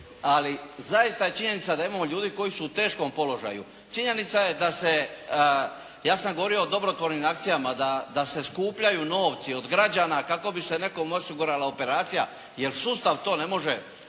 Ali zaista je činjenica da imamo ljudi koji su u teškom položaju. Činjenica je da se ja sam govorio o dobrotvornim akcijama da se skupljaju novci od građana kako bi se nekom osigurala operacija, jer sustav to ne može